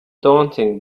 daunting